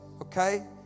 okay